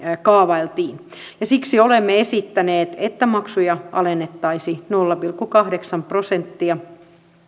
kaavailtiin siksi olemme esittäneet että maksuja alennettaisiin nolla pilkku kahdeksan prosenttia